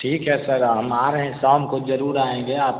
ठीक है सर हम आ रहे हैं शाम को जरूर आएँगे आप